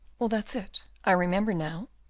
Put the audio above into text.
well, that's it, i remember now.